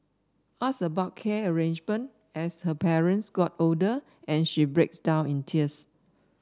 ask about care arrangement as her parents got older and she breaks down in tears